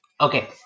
Okay